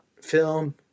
film